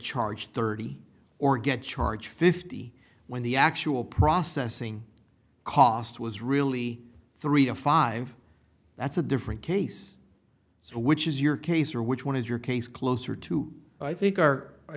charged thirty or get charged fifty when the actual processing cost was really three to five that's a different case so which is your case or which one is your case closer to i think our i